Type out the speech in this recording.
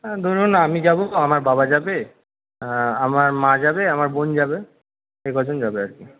ধরুন আমি যাব আমার বাবা যাবে আমার মা যাবে আমার বোন যাবে এই কজন যাবে আর কি